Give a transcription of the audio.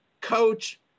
coach